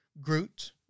groot